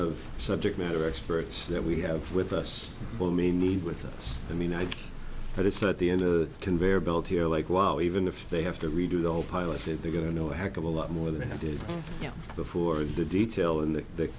of subject matter experts that we have with us who may need with us i mean i know that it's not the end of the conveyor belt here like wow even if they have to redo the whole pilot if they're going to know a heck of a lot more than i did before the detail in th